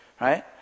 right